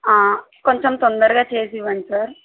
కొంచెం తొందరగా చేసి ఇవ్వండి సార్